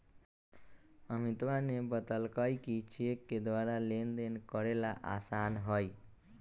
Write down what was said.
अमितवा ने बतल कई कि चेक के द्वारा लेनदेन करे ला आसान हई